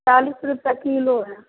चालिस रुपैए किलो हइ